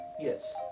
Yes